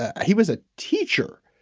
ah he was a teacher.